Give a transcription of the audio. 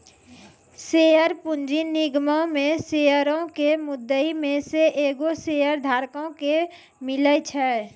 share पूंजी निगमो मे शेयरो के मुद्दइ मे से एगो शेयरधारको के मिले छै